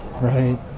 Right